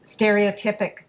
stereotypic